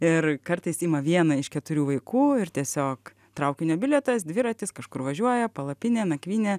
ir kartais ima vieną iš keturių vaikų ir tiesiog traukinio bilietas dviratis kažkur važiuoja palapinė nakvynė